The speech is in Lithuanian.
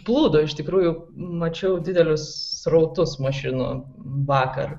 plūdo iš tikrųjų mačiau didelius srautus mašinų vakar